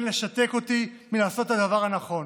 שהיא תשתק אותי מלעשות את הדבר הנכון.